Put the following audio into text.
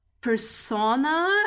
persona